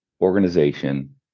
organization